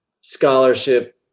scholarship